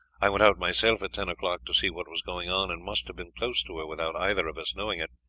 i went out myself at ten o'clock to see what was going on, and must have been close to her without either of us knowing it.